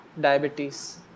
diabetes